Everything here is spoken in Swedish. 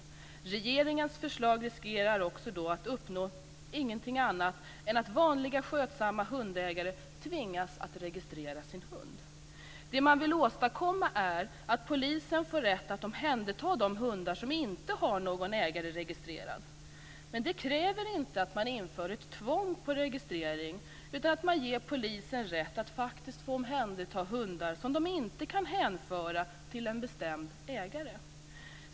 Risken med regeringens förslag är då att ingenting annat uppnås än att vanliga skötsamma hundägare tvingas registrera sina hundar. Det man vill åstadkomma är att polisen får rätt att omhänderta de hundar som inte har någon ägare registrerad men det kräver inte att det införs ett tvång på registrering utan att polisen ges rätt att faktiskt få omhänderta hundar som inte kan hänföras till en bestämd ägare.